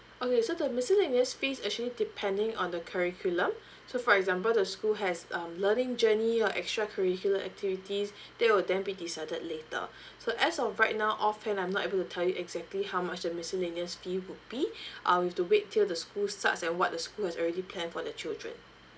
okay so the miscellaneous fees actually depending on the curriculum so for example the school has um learning journey or extra curricular activities that will then be decided later so as of right now offhand I'm not able to tell you exactly how much the miscellaneous fee would be uh need to wait till the school starts and what the school has already planned for the children